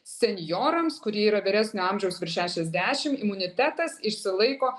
senjorams kurie yra vyresnio amžiaus virš šešiasdešim imunitetas išsilaiko